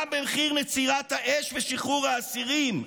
גם במחיר נצירת האש ושחרור האסירים,